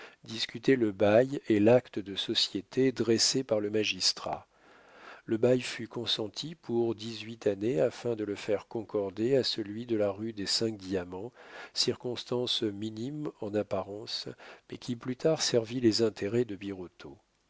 discuter le bail et l'acte de société dressé par le magistrat le bail fut consenti pour dix-huit années afin de le faire concorder à celui de la rue des cinq diamants circonstance minime en apparence mais qui plus tard servit les intérêts de birotteau